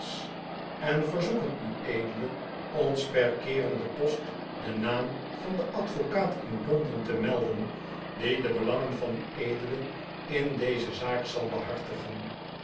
en verzoeken ued ons per keerende post den naam van den advocaat in londen te melden die de belangen van ued in deze zaak zal behartigeh